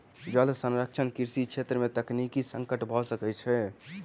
जल संरक्षण कृषि छेत्र में तकनीकी संकट भ सकै छै